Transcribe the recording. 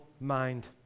mind